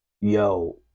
yo